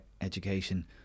education